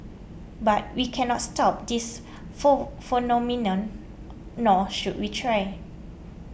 but we cannot stop this for phenomenon nor should we try